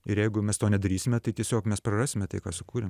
ir jeigu mes to nedarysime tai tiesiog mes prarasime tai ką sukūrėm